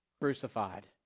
crucified